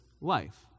life